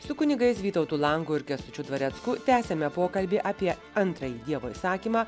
su kunigais vytautu langu ir kęstučiu dvarecku tęsiame pokalbį apie antrąjį dievo įsakymą